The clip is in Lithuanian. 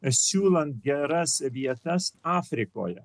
siūlant geras vietas afrikoje